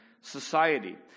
society